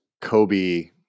Kobe